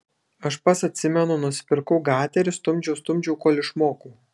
aš pats atsimenu nusipirkau gaterį stumdžiau stumdžiau kol išmokau